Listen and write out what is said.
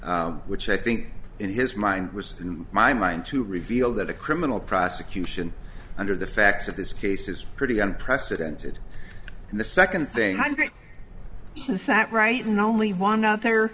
care which i think in his mind was in my mind to reveal that a criminal prosecution under the facts of this case is pretty unprecedented and the second thing i think sat right in only one out there